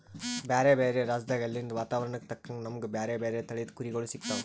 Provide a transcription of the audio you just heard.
ಬ್ಯಾರೆ ಬ್ಯಾರೆ ರಾಜ್ಯದಾಗ್ ಅಲ್ಲಿಂದ್ ವಾತಾವರಣಕ್ಕ್ ತಕ್ಕಂಗ್ ನಮ್ಗ್ ಬ್ಯಾರೆ ಬ್ಯಾರೆ ತಳಿದ್ ಕುರಿಗೊಳ್ ಸಿಗ್ತಾವ್